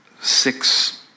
six